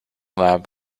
lab